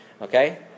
okay